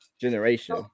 generation